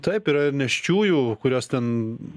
taip yra ir nėščiųjų kurios ten